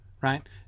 right